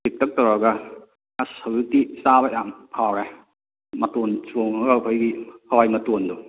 ꯄꯤꯛꯇꯛ ꯇꯧꯔꯒ ꯑꯁ ꯍꯧꯖꯤꯛꯇꯤ ꯆꯥꯕ ꯌꯥꯝ ꯍꯥꯎꯔꯦ ꯃꯇꯣꯟ ꯆꯣꯡꯉꯒ ꯑꯩꯈꯣꯏꯒꯤ ꯍꯋꯥꯏ ꯃꯇꯣꯟꯗꯣ